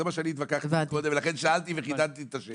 על זה התווכחתי קודם, ולכן חידדתי את השאלה.